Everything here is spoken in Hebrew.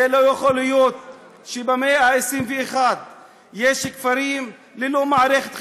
זה לא יכול להיות שבמאה ה-21 יש כפרים ללא מערכת חינוך,